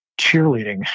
cheerleading